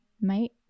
mate